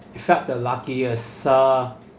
felt the luckiest uh